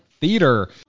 theater